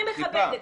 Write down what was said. אני מכבדת.